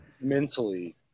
mentally